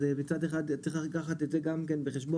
אז מצד אחד צריך לקחת את זה גם כן בחשבון,